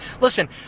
listen